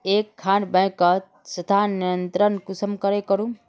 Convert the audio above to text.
एक खान बैंकोत स्थानंतरण कुंसम करे करूम?